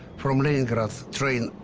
from leningrad train,